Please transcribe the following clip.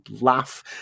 laugh